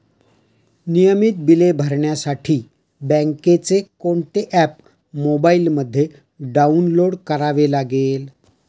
नियमित बिले भरण्यासाठी बँकेचे कोणते ऍप मोबाइलमध्ये डाऊनलोड करावे लागेल?